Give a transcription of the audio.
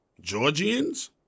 Georgians